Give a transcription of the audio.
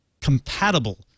compatible